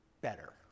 better